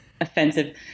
offensive